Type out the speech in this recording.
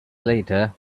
later